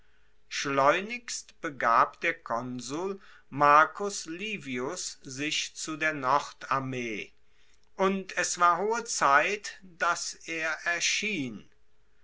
schleunigst begab der konsul marcus livius sich zu der nordarmee und es war hohe zeit dass er erschien